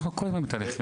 אנחנו כל הזמן בתהליכים,